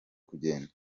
kugenda